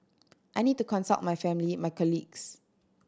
I need to consult my family my colleagues